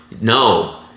No